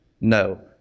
No